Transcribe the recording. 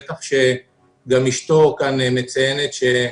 בטח כשגם אשתו כאן מציינת שהוא